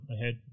ahead